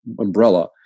umbrella